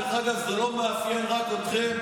דרך אגב, זה לא מאפיין רק אתכם.